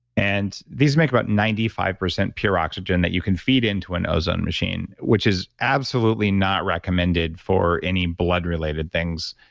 and these make about ninety five percent pure oxygen that you can feed into an ozone machine, which is absolutely not recommended for any blood related things.